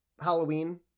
Halloween